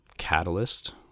catalyst